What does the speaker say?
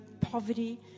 poverty